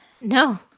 No